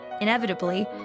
Inevitably